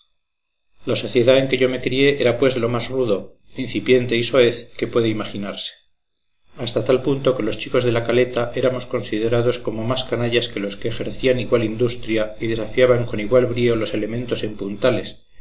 la sociedad en que yo me crié era pues de lo más rudo incipiente y soez que puede imaginarse hasta tal punto que los chicos de la caleta éramos considerados como más canallas que los que ejercían igual industria y desafiaban con igual brío los elementos en puntales